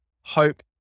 hope